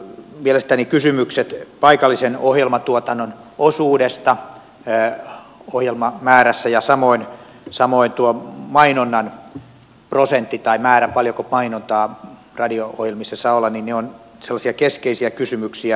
mielestäni kysymykset paikallisen ohjelmatuotannon osuudesta ohjelmamäärässä ja samoin tuo mainonnan prosentti tai määrä paljonko mainontaa radio ohjelmissa saa olla ovat sellaisia keskeisiä kysymyksiä